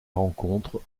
rencontre